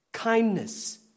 Kindness